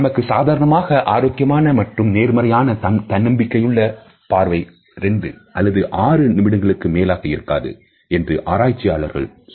நமக்கு சாதாரணமாக ஆரோக்கியமான மற்றும் நேர்மறையான தன்னம்பிக்கை உள்ள பார்வை 2 அல்லது ஆறு நிமிடங்களுக்கு மேலாக இருக்காது என்று ஆராய்ச்சிகள் சொல்கின்றன